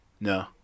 no